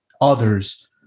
others